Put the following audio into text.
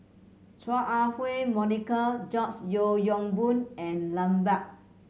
Chua Ah Huwa Monica George Yeo Yong Boon and Lambert